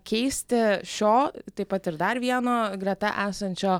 keisti šio taip pat ir dar vieno greta esančio